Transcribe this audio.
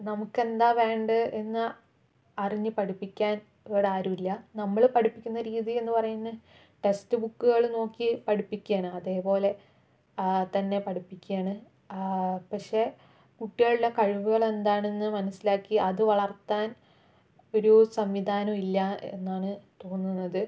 നമുക്കെന്താ വേണ്ടത് എന്ന് അറിഞ്ഞു പഠിപ്പിക്കാൻ ഇവിടെ ആരുമില്ല നമ്മൾ പഠിപ്പിക്കുന്ന രീതി എന്ന് പറയുന്നത് ടെക്സ്റ്റ് ബുക്കുകൾ നോക്കി പഠിപ്പിക്കുകയാണ് അതേപോലെ അതുതന്നെ പഠിപ്പിക്കുകയാണ് പക്ഷേ കുട്ടികളുടെ കഴിവുകൾ എന്താണെന്ന് മനസ്സിലാക്കി അത് വളർത്താൻ ഒരു സംവിധാനവും ഇല്ല എന്നാണ് തോന്നുന്നത്